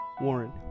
Warren